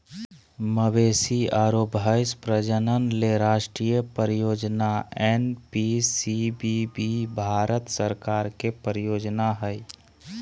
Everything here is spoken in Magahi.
मवेशी आरो भैंस प्रजनन ले राष्ट्रीय परियोजना एनपीसीबीबी भारत सरकार के परियोजना हई